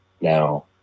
now